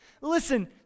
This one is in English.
Listen